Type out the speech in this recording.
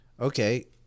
Okay